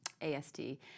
ASD